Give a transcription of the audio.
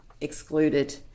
excluded